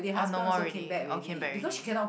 all no more already all came back already